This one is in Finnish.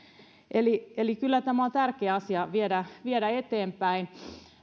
eli eli kyllä tämä on tärkeä asia viedä viedä eteenpäin